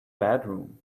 bedroom